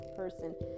Person